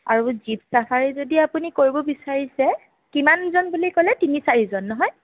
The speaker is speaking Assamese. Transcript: আৰু জীপ চাফাৰী যদি আপুনি কৰিব বিচাৰিছে কিমানজন বুলি ক'লে তিনি চাৰিজন নহয়